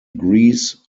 grease